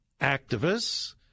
activists